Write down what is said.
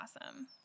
awesome